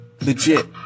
legit